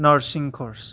nursing course